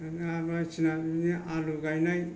बिदिनो बायदिसिना आलु गायनाय